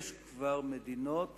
יש כבר מדינות